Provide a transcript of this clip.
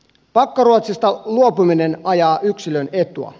pakkoruotsista luopuminen ajaa yksilön etua